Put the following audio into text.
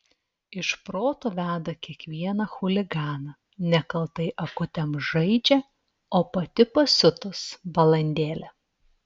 iš proto veda kiekvieną chuliganą nekaltai akutėm žaidžia o pati pasiutus balandėlė